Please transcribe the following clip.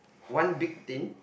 one big tin